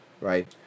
right